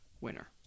winner